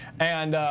and